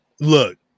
Look